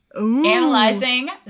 analyzing